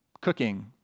cooking